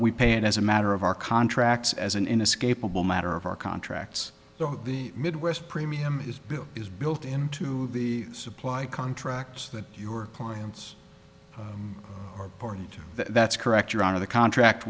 we pay it as a matter of our contracts as an inescapable matter of our contracts the midwest premium is built is built into the supply contracts that your clients are that's correct your honor the contract